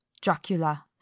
dracula